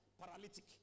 paralytic